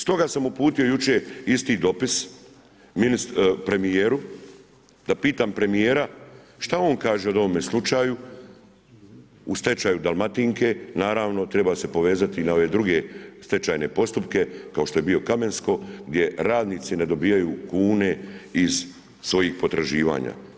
Stoga sam uputio jučer isti dopis premijeru da pitam premijera šta on kaže o ovome slučaju, o stečaju Dalmatinke, naravno treba se povezati na ove druge stečajne postupke kao što je bio Kamensko gdje radnice ne dobivaju kune iz svojih potraživanja.